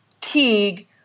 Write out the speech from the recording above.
Teague